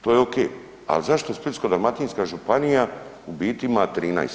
To je ok, ali zašto Splitsko-dalmatinska županija u biti ima 13?